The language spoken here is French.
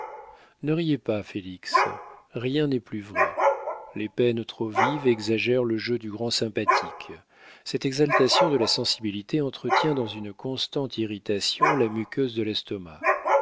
ne riez pas félix rien n'est plus vrai les peines trop vives exagèrent le jeu du grand sympathique cette exaltation de la sensibilité entretient dans une constante irritation la muqueuse de l'estomac